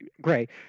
great